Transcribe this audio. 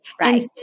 right